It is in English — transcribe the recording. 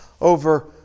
over